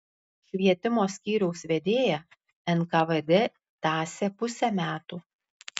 švietimo skyriaus vedėją nkvd tąsė pusę metų